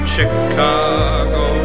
Chicago